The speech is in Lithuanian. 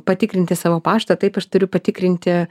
patikrinti savo paštą taip aš turiu patikrinti